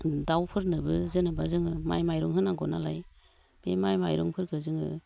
दाउफोरनोबो जेन'बा जोङो माइ माइरं होनांगो नालाय बे माइ माइरं फोरखो जोङो